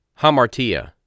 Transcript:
Hamartia